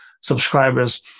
subscribers